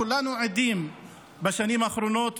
כולנו עדים בשנים האחרונות,